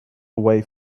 away